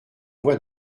voie